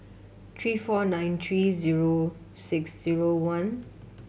three four nine three zero six zero one